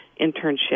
internship